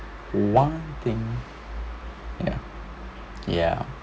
one thing ya ya